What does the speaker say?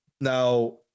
now